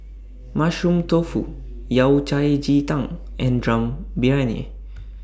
Mushroom Tofu Yao Cai Ji Tang and Dum Briyani